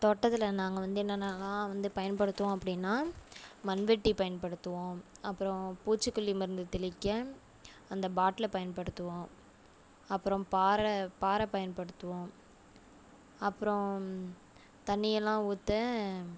தோட்டத்தில் நாங்கள் வந்து என்னென்னலாம் வந்து பயன்படுத்துவோம் அப்படின்னா மண்வெட்டி பயன்படுத்துவோம் அப்புறம் பூச்சிக் கொல்லி மருந்து தெளிக்க அந்த பாட்லை பயன்படுத்துவோம் அப்புறம் பாரை பாரை பயன்படுத்துவோம் அப்புறம் தண்ணி எல்லாம் ஊற்ற